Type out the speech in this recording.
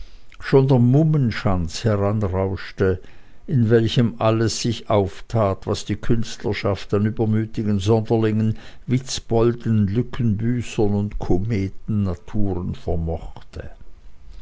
schon der mummenschanz heranrauschte in welchem alles sich auftat was die künstlerschaft an übermütigen sonderlingen witzbolden lückenbüßern und kometennaturen vermochte